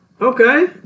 Okay